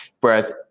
Whereas